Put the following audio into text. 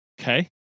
Okay